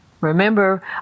Remember